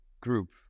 group